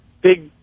big